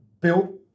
built